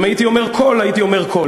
אם הייתי אומר "כל", הייתי אומר "כל".